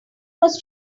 was